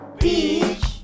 Beach